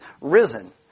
risen